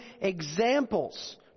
examples